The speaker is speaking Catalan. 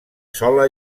sola